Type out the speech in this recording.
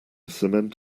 cement